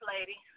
Lady